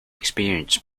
experienced